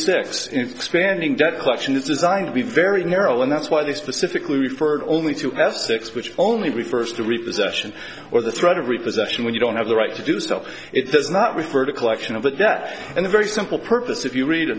expanding debt collection is designed to be very narrow and that's why they specifically referred only to s six which only refers to repossession or the threat of repossession when you don't have the right to do so it does not refer to collection of the debt and a very simple purpose if you read a